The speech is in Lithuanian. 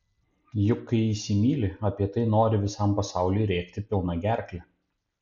juk kai įsimyli apie tai nori visam pasauliui rėkti pilna gerkle